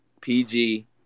PG